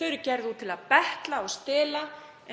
Þau er gerð út til að betla og stela,